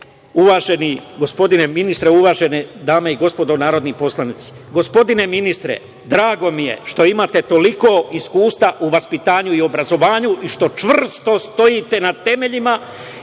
uvaženi gospodine ministre, uvažene dame i gospodo narodni poslanici. Gospodine ministre, drago mi je što imate toliko iskustva u vaspitanju i obrazovanju i što čvrsto stojite na temeljima